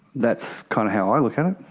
that's kind of how i look at it.